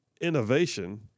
innovation